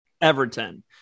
Everton